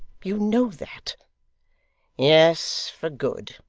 you know that yes, for good.